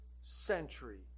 century